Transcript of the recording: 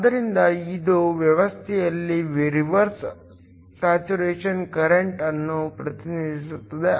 ಆದ್ದರಿಂದ ಇದು ವ್ಯವಸ್ಥೆಯಲ್ಲಿ ರಿವರ್ಸ್ ಸ್ಯಾಚುರೇಶನ್ ಕರೆಂಟ್ ಅನ್ನು ಪ್ರತಿನಿಧಿಸುತ್ತದೆ